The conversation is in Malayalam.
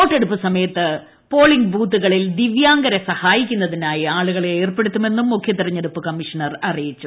വോട്ടെടുപ്പ് സമയത്ത് പ്പോളിംഗ് ബൂത്തുകളിൽ ദിവ്യാംഗരെ സഹായിക്കുന്നതിനായി ആളുകളെ ഏർപ്പെടുത്തുമെന്നും മുഖ്യ തെരഞ്ഞെടുപ്പ് കമ്മീഷണർ അറിയിച്ചു